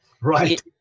right